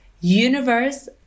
universe